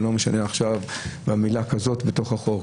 לא משנה עכשיו מילה כזאת או אחרת,